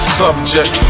subject